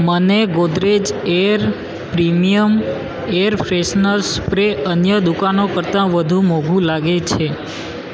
મને Godrej air premium air freshener spray અન્ય દુકાનો કરતા વધુ મોંઘુ લાગે છે